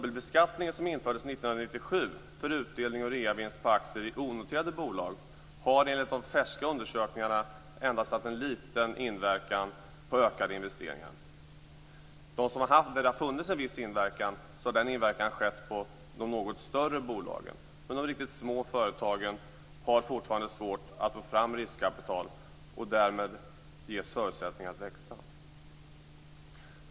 1997 för utdelning och reavinst på aktier i onoterade bolag, har enligt färska undersökningar endast haft en liten inverkan när det gäller ökade investeringar. Om det har haft en viss inverkan har denna gällt de något större bolagen. De riktigt små företagen har fortfarande svårt att få fram riskkapital och därmed svårt att få förutsättningar att växa.